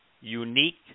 unique